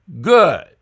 good